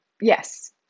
yes